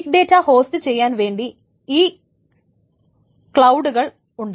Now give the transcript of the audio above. big data host ചെയ്യാൻ വേണ്ടി ഈ ക്ലൌഡ്കൾ ഉണ്ട്